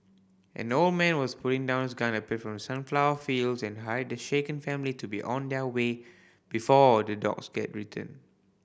an old man was putting down his gun appeared from the sunflower fields and hurried the shaken family to be on their way before the dogs return